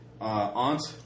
aunt